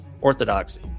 orthodoxy